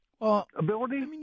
ability